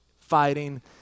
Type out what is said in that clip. fighting